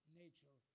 nature